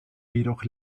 jedoch